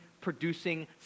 producing